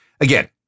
Again